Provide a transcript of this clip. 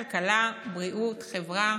כלכלה, בריאות, חברה